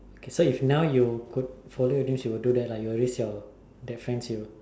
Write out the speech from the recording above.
okay so if now you could follow your dreams you would do that lah you would raise your the friends you